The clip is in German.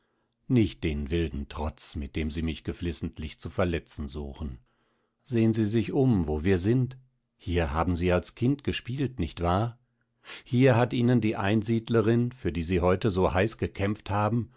nicht den wilden trotz mit dem sie mich geflissentlich zu verletzen suchen sehen sie sich um wo wir sind hier haben sie als kind gespielt nicht wahr hier hat ihnen die einsiedlerin für die sie heute so heiß gekämpft haben